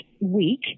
week